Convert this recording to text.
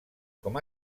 com